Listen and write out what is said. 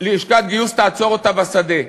כי לשכת גיוס תעצור אותה בשדה.